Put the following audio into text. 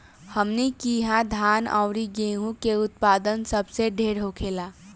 हमनी किहा धान अउरी गेंहू के उत्पदान सबसे ढेर होखेला